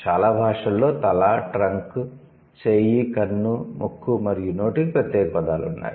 చాలా భాషలలో తల ట్రంక్ చేయి కన్ను ముక్కు మరియు నోటికి ప్రత్యేక పదాలు ఉన్నాయి